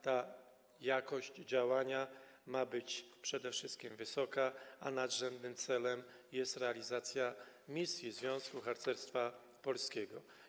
Ta jakość działania ma być przede wszystkim wysoka, a nadrzędnym celem jest realizacja misji Związku Harcerstwa Polskiego.